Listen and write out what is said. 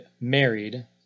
married